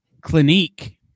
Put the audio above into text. Clinique